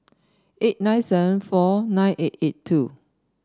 eight nine seven four nine eight eight two